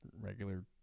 regular